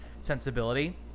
Sensibility